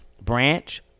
Branch